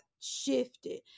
shifted